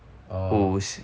oh